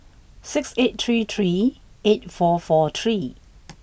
six eight three three eight four four three